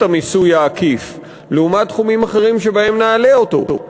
המיסוי העקיף לעומת תחומים אחרים שבהם נעלה אותו.